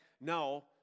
No